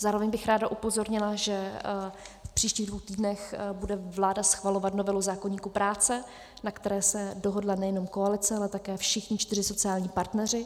Zároveň bych ráda upozornila, že v příštích dvou týdnech bude vláda schvalovat novelu zákoníku práce, na které se dohodla nejenom koalice, ale také všichni čtyři sociální partneři.